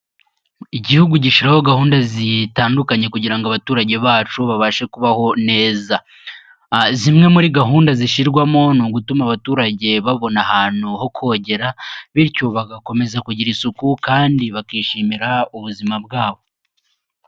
Igihugu gishyiraho gahunda zitandukanye, kugira ngo abaturage bacu babashe kubaho neza, zimwe muri gahunda zishyirwamo ni ugutuma abaturage babona ahantu ho kogera, bityo bagakomeza kugira isuku kandi bakishimira ubuzima bwabo.